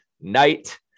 night